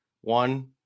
One